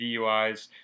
DUIs